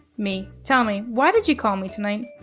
me, tell me. why did you call me tonight?